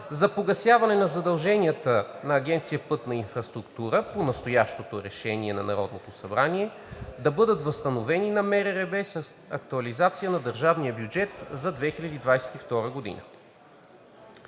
за погасяване на задълженията на Агенция „Пътна инфраструктура“ по настоящото решение на Народното събрание, да бъдат възстановени на МРРБ с актуализация на държавния бюджет през 2022 г.“